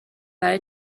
برای